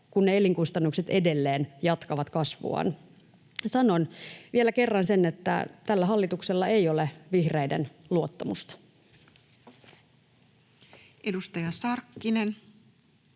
kun elinkustannukset edelleen jatkavat kasvuaan. Sanon vielä kerran sen, että tällä hallituksella ei ole vihreiden luottamusta. Edustaja Sarkkinen